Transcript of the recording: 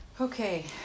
Okay